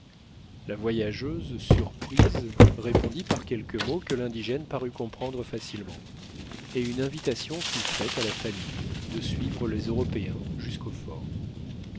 la voyageuse surprise répondit par quelques mots que l'indigène parut comprendre facilement et une invitation fut faite à la famille de suivre les européens jusqu'au fort